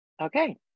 Okay